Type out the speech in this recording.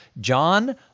John